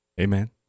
Amen